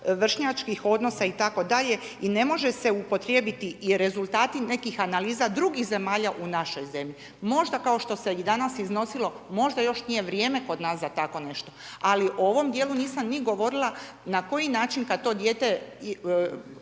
vršnjačkih odnosa itd. i ne može se upotrijebiti i rezultati nekih analiza drugih zemalja u našoj zemlji. Možda kao što se i danas iznosilo, možda još nije vrijeme kod nas za tako nešto, ali o ovom dijelu nisam ni govorila na koji način kad to dijete